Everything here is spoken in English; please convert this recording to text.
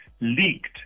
leaked